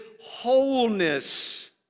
wholeness